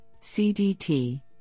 CDT